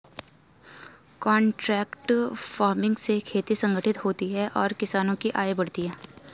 contract farming से खेती संगठित होती है और किसानों की आय बढ़ती है